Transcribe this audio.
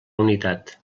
unitat